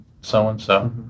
so-and-so